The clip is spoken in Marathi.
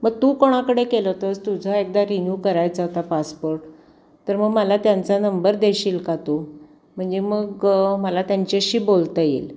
मग तू कोणाकडे केलं होतंस तुझा एकदा रिन्यू करायचा होता पासपोर्ट तर मग मला त्यांचा नंबर देशील का तू म्हणजे मग मला त्यांच्याशी बोलता येईल